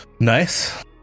Nice